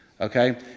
okay